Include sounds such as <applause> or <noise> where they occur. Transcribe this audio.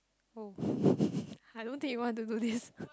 oh <laughs> I don't think you want to do this